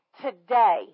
today